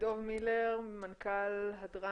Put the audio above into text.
לדב מילר מנכ"ל הדרן.